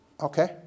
Okay